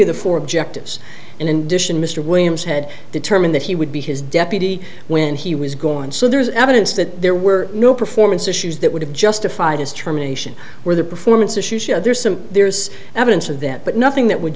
the four objectives and then dish and mr williams had determined that he would be his deputy when he was gone so there is evidence that there were no performance issues that would have justified his terminations were the performance issues there's some there's evidence of that but nothing that would